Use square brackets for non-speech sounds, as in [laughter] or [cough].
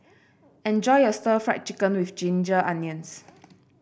enjoy your Stir Fried Chicken with Ginger Onions [noise]